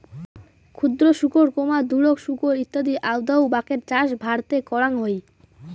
ক্ষুদ্র শুকর, দুরোক শুকর ইত্যাদি আউদাউ বাকের চাষ ভারতে করাং হই